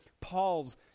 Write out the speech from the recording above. Paul's